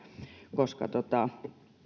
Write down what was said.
koska